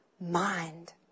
mind